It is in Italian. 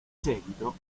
seguito